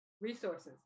resources